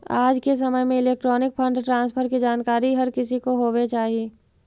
आज के समय में इलेक्ट्रॉनिक फंड ट्रांसफर की जानकारी हर किसी को होवे चाही